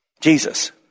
Jesus